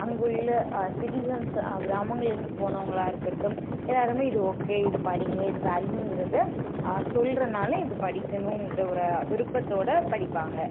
அங்கே உள்ள சிட்டிசன்ஸு கிராமங்கள்லேருந்து போனவங்களா இருக்கட்டும் எல்லாேருமே இது ஓகே இது படிங்க இது வேல்யுங்கிறத சொல்கிறனால இது படிக்கணும்ங்கிற ஒரு விருப்பத்தோடு படிப்பாங்க